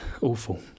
awful